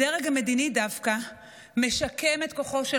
הדרג המדיני דווקא משקם את כוחו של